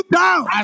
down